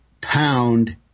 pound